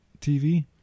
TV